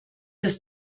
das